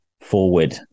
forward